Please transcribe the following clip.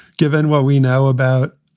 given what we know about